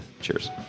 Cheers